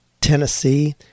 tennessee